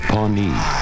Pawnee